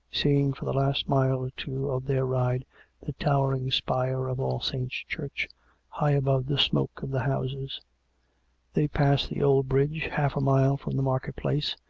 seeing for the last mile or two of their ride the towering spire of all saints' church high above the smoke of the houses they passed the old bridge half a mile from the market-place,